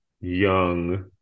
young